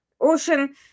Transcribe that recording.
ocean